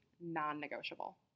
non-negotiable